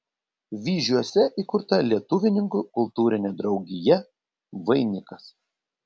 vyžiuose įkurta lietuvininkų kultūrinė draugija vainikas